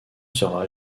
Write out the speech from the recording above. sera